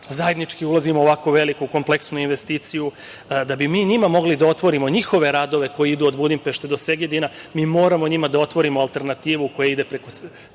zajednički ulazimo u ovako veliku, kompleksnu investiciju, da bi mi njima mogli da otvorimo njihove radove koji idu od Budimpešte do Segedina, mi moramo njima da otvorimo alternativu koja ide od